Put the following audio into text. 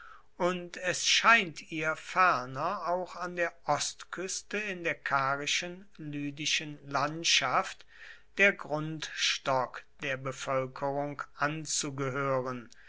und es scheint ihr ferner auch an der ostküste in der karischen lydischen landschaft der grundstock der bevölkerung anzugehören